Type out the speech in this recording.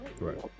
Right